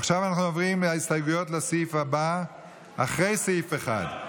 עכשיו אנחנו עוברים להסתייגויות אחרי סעיף 1,